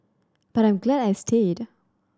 but I'm glad I stayed